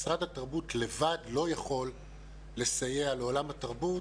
משרד התרבות לבד לא יכול לסייע לעולם התרבות